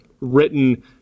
written